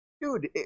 Dude